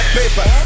paper